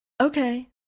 Okay